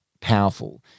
powerful